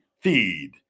feed